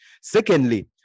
Secondly